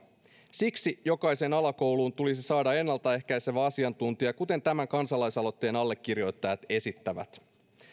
siksi jokaiseen alakouluun tulisi saada ennalta ehkäisevä asiantuntija kuten tämän kansalaisaloitteen allekirjoittajat esittävät